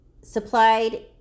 Supplied